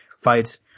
fights